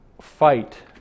fight